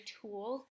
tools